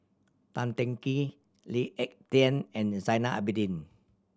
Tan Teng Kee Lee Ek Tieng and Zainal Abidin